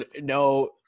no